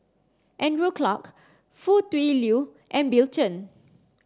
Andrew Clarke Foo Tui Liew and Bill Chen